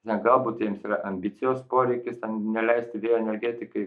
na galbūt jums yra ambicijos poreikis neleisti vėjo energetikai